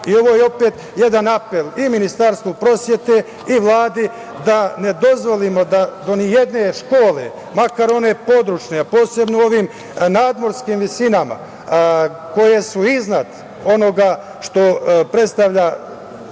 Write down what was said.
je opet jedan apel i Ministarstvu prosvete i Vladi da ne dozvolimo da do ni jedne škole, makar one područne, posebno u ovim nadmorskim visinama koje su iznad onoga što predstavlja